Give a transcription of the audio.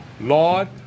Lord